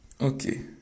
okay